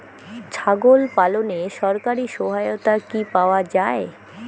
ছাগল পালনে সরকারি সহায়তা কি পাওয়া যায়?